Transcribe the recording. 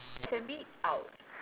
can we out